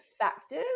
factors